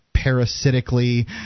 Parasitically